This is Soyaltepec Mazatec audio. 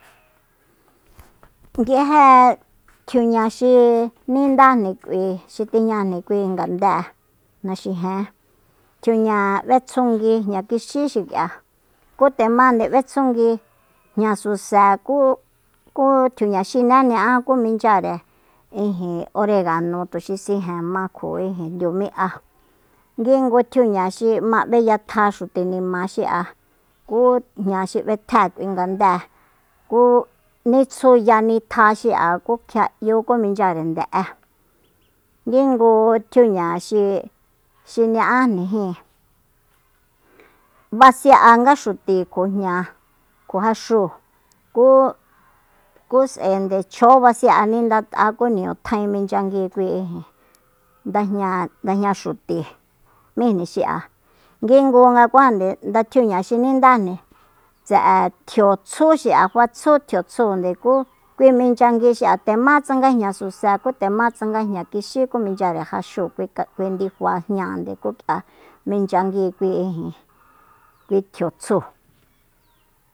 Nguije tjiuña xi nindajni k'ui xi tijñajni kui ngandée naxijen tjiuña b'etsjungui jña kixí xik'ia ku nde mande b'etsjungui jña suse ku- ku tjiuña xiné ña'a ku minchyare oregano tuxi sijen ma kjo ijin ndiumi'a nguingu tjiuña xi ma b'eyatja xuti nima xi'a ku jña xi b'etjée kui ngadée ku nitsjuya nitja xi'a ku kjia 'yu ku minchyare nde'e nguingu tjiuña xi ña'ajni jíin basi'anga xuti kjo jña kjo jaxúu ku- ku s'aende chjo basi'a nindat'a ku niñu tjaen minchyangui kui ijin ndajña- ndajña xuti m'íjni xi'a nguingungakuajande nda tjiuña xi nindajni tse'e tjio tsjú xi'a fatsjú tjio tsjunde kui minchyangui xi'a nde ma tsanga jña suse nde ma tsanga jña kixí ku minchyare jaxúu ka- kui ndifa jñáa ku k'ia minchyangui kui ijin kui tjio tsjúu